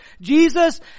Jesus